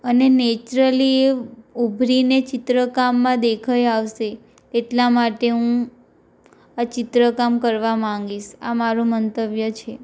અને નેચરલી ઉભરીને ચિત્રકામમાં દેખાઈ આવશે એટલા માટે હું આ ચિત્રકામ કરવા માગીશ આ મારું મંતવ્ય છે